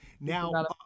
now